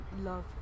love